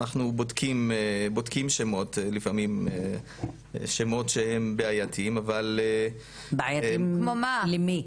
אנחנו בודקים שמות לפעמים שמות שהם בעייתיים אבל--- בעייתים למי?